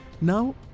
Now